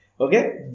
Okay